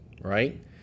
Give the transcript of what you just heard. Right